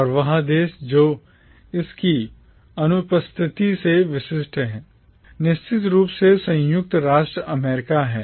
और वह देश जो इसकी अनुपस्थिति से विशिष्ट है निश्चित रूप से संयुक्त राज्य अमेरिका है